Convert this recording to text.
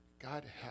god